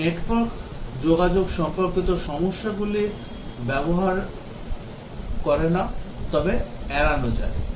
এটি নেটওয়ার্ক যোগাযোগ সম্পর্কিত সমস্যাগুলি ব্যবহার করে না তবে এড়ানো যায়